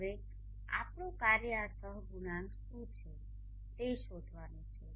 હવે આપણું કાર્ય આ સહગુણાંક શું છે તે શોધવાનું છે